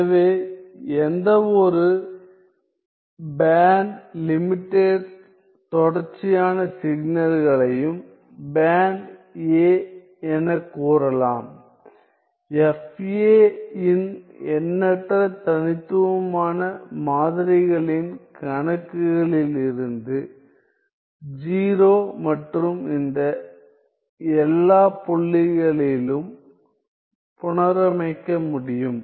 எனவே எந்தவொரு band limited தொடர்ச்சியான சிக்னல்களையும் பேண்ட் a எனக் கூறலாம் fa இன் எண்ணற்ற தனித்துவமான மாதிரிகளின் கணங்களில் இருந்து 0 மற்றும் இந்த எல்லா புள்ளிகளிலும் புனரமைக்க முடியும்